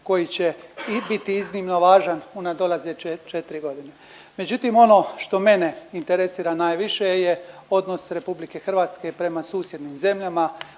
koji će i biti iznimno važan u nadolazeće 4 godine. Međutim, ono što mene interesira najviše je odnos RH prema susjednim zemljama,